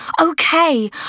Okay